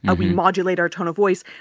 ah we modulate our tone of voice.